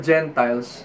Gentiles